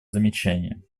замечание